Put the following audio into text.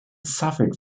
suffered